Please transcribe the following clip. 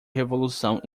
revolução